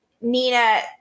Nina